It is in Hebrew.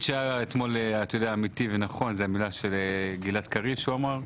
שהיה אתמול אמיתי ונכון זה המילה של גלעד קריב שהוא אמר,